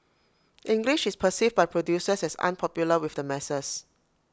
English is perceived by producers as unpopular with the masses